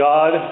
God